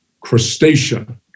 crustacea